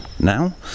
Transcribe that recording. now